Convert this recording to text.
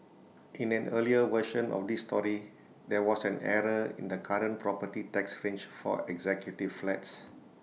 in an earlier version of this story there was an error in the current property tax range for executive flats